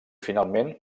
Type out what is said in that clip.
finalment